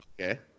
Okay